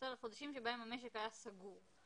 החודשים שבהם המשק היה סגור.